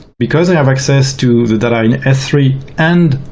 because i have access to the data in s three and